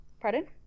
pardon